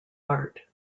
art